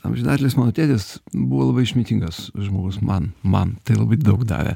amžinatilsį mano tėtis buvo labai išmintingas žmogus man man tai labai daug davė